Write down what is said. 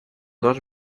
dos